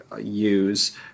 use